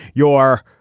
your.